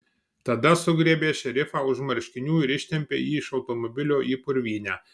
tada sugriebė šerifą už marškinių ir ištempė jį iš automobilio į purvynę